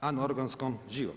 anorganskom živom.